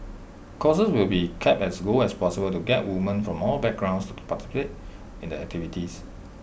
costs will be kept as low as possible to get woman from all backgrounds to participate in the activities